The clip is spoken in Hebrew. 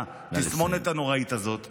עם התסמונת הנוראית הזאת.